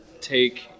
take